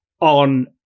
on